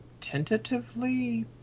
tentatively